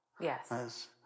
Yes